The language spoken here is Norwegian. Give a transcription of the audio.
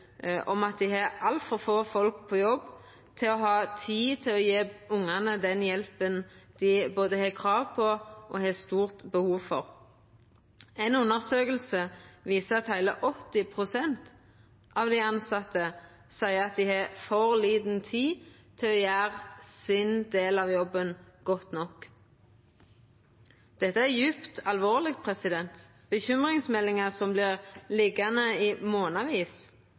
har altfor få folk på jobb til å ha tid til å gje ungane den hjelpa dei har både krav på og stort behov for. Ei undersøking viser at heile 80 pst. av dei tilsette seier at dei har for lita tid til å gjera sin del av jobben godt nok. Dette er djupt alvorleg: bekymringsmeldingar som vert liggjande i